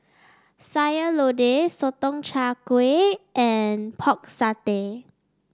Sayur Lodeh Sotong Char Kway and Pork Satay